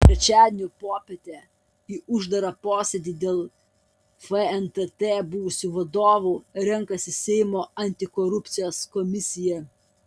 trečiadienio popietę į uždarą posėdį dėl fntt buvusių vadovų renkasi seimo antikorupcijos komisija